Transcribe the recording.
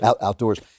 outdoors